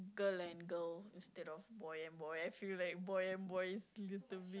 girl and girl instead of boy and boy I feel like boy and boy is